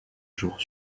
jour